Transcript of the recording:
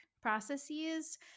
processes